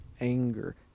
anger